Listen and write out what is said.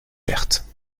perte